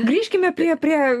grįžkime prie prie